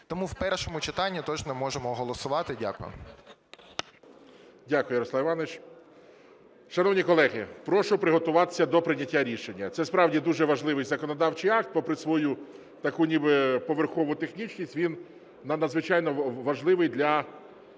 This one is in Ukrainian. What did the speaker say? Тому в першому читанні точно можемо голосувати. Дякую. ГОЛОВУЮЧИЙ. Дякую, Ярослав Іванович. Шановні колеги, прошу приготуватись до прийняття рішення. Це справді дуже важливий законодавчий акт, попри свою таку ніби поверхову технічність він надзвичайно важливий для